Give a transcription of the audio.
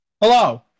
Hello